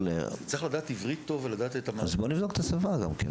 צריך לדעת עברית טוב ולדעת את --- אז בוא נבדוק את השפה גם כן,